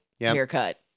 haircut